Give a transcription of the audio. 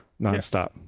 nonstop